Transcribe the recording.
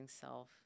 self